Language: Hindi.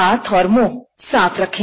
हाथ और मुंह साफ रखें